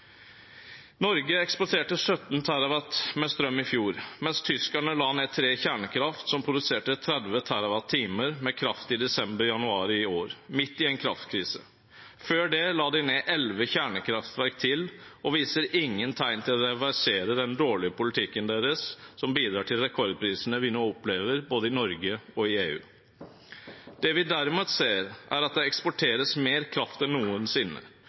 Norge eksporterte 17 TWh strøm i fjor, mens tyskerne la ned tre kjernekraftverk som produserte 30 TWh kraft i desember og i januar i år, midt i en kraftkrise. Før det la de ned elleve kjernekraftverk til og viser ingen tegn til å reversere den dårlige politikken sin, som bidrar til rekordprisene vi nå opplever både i Norge og i EU. Det vi derimot ser, er at det eksporteres mer kraft enn noensinne.